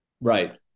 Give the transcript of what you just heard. Right